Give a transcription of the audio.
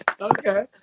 okay